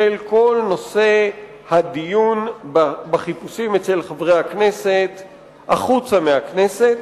כל נושא הדיון בחיפושים אצל חברי הכנסת החוצה מהכנסת,